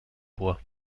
bois